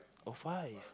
oh five